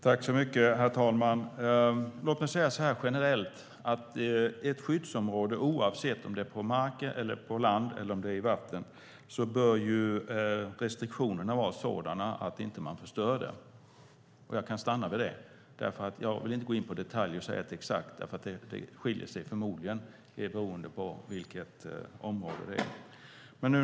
Herr talman! Låt mig generellt säga att restriktionerna i ett skyddsområde, oavsett om det är på mark, på land eller i vatten, bör vara sådana att man inte förstör det. Jag kan stanna vid det eftersom jag inte vill gå in på detaljer och säga exakt hur det ska vara eftersom det förmodligen skiljer sig åt beroende på vilket område det är.